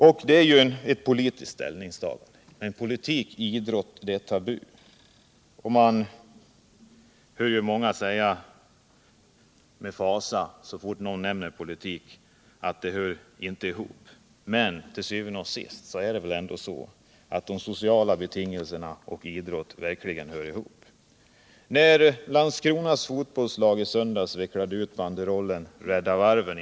Detta är ju ett politiskt ställningstagande, men politik i samband med idrott är tabu. Så fort ordet politik nämns i samband med idrott säger alltid någon med fasa att det inte hör ihop. Men til syvende og sidst är det väl ändå så, att de sociala betingelserna och idrotten verkligen hör ihop. När Landskronas fotbollslag i söndags vecklade ut banderollen Rädda varven!